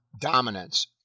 dominance